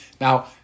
Now